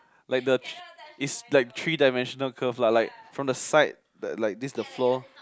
like the is like three dimensional curve lah like from the side that like this the flow